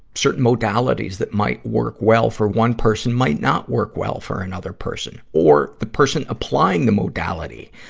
certain modalities that might work well for one person might not work well for another person. or, the person applying the modality,